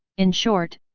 in short,